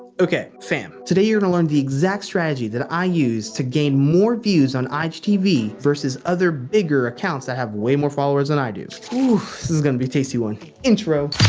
okay fam today you're gonna learn the exact strategy that i use to gain more views on igtv versus other bigger accounts that have way more followers than i do this is gonna be a tasty one intro